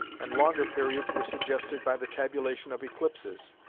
and longer periods were suggested by the tabulation of eclipses.